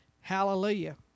hallelujah